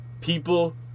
people